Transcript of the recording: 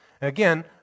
Again